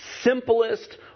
simplest